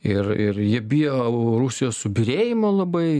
ir ir jie bijo rusijos subyrėjimo labai